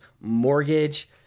mortgage